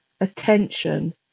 attention